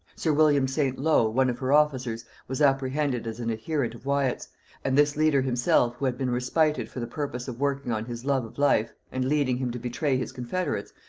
sir william st. low, one of her officers, was apprehended as an adherent of wyat's and this leader himself, who had been respited for the purpose of working on his love of life, and leading him to betray his confederates,